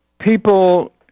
people